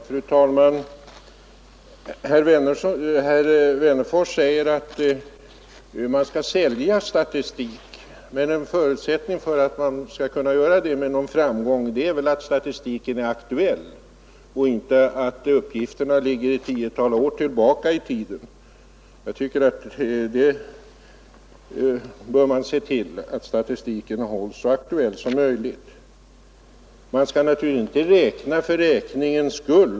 Fru talman! Herr Wennerfors säger att man skall sälja statistik, men en förutsättning för att med någon framgång kunna göra detta är väl att statistiken är aktuell. Uppgifterna får inte ligga ett tiotal år tillbaka i tiden. Man måste st ät den hålls så aktuell som möjligt. Man skall naturligtvis inte”räkna för räkningens skull.